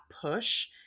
push